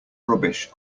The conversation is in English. rubbish